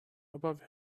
above